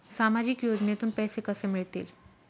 सामाजिक योजनेतून पैसे कसे मिळतील?